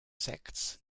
sects